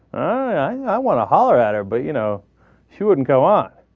i wanna holla at ur but you know he wouldn't go up